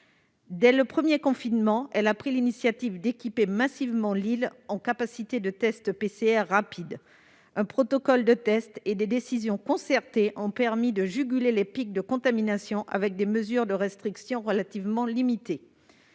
Dès le premier confinement, elle a pris l'initiative d'équiper massivement l'île en capacités de tests PCR rapides. Un protocole de test et des décisions concertées ont permis de juguler les pics de contamination avec des mesures de restriction relativement limitées.